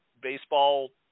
baseball